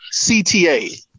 CTA